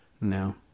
no